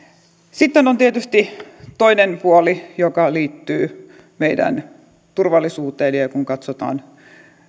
sitten on tietysti toinen puoli joka liittyy meidän turvallisuuteen eli kun katsotaan